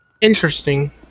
Interesting